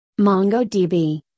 MongoDB